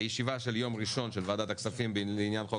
הישיבה של יום ראשון של ועדת הכספים לעניין חוק